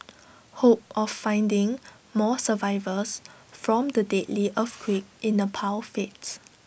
hope of finding more survivors from the deadly earthquake in Nepal fades